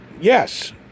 Yes